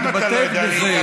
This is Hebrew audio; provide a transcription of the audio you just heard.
למה אתה לא יודע להתאפק?